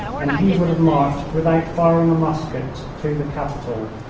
and he would have marched without firing a musket to the capital,